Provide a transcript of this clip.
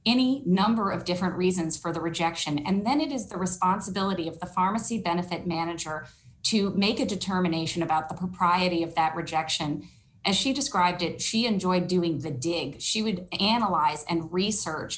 any number of different reasons for the rejection and then it is the responsibility of the pharmacy benefit manager to make a determination about the propriety of that rejection as she described it she enjoyed doing the deed she would analyze and research